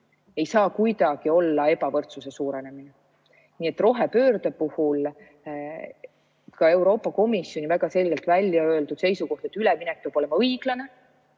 ei saa kuidagi olla ebavõrdsuse suurenemine. Rohepöörde puhul on ka Euroopa Komisjonis väga selgelt välja öeldud seisukoht, et üleminek peab olema õiglane